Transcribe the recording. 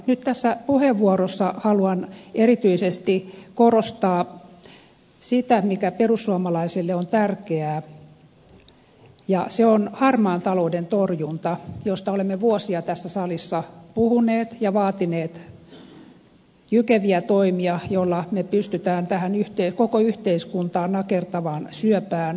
nyt tässä puheenvuorossa haluan erityisesti korostaa sitä mikä perussuomalaisille on tärkeää ja se on harmaan talouden torjunta josta olemme vuosia tässä salissa puhuneet ja vaatineet jykeviä toimia joilla me pystymme tähän yhteen koko yhteiskuntaa nakertavaan syöpään pureutumaan